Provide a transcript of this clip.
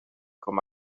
com